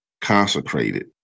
consecrated